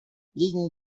liegen